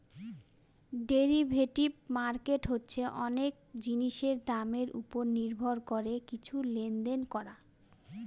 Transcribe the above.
derivative market হচ্ছে অনেক জিনিসের দামের ওপর নির্ভর করে কিছু লেনদেন করা